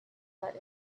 that